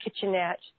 kitchenette